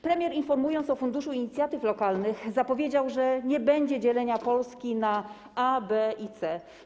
Premier, informując o funduszu inicjatyw lokalnych, zapowiedział, że nie będzie dzielenia Polski na A, B i C.